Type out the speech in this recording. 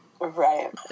Right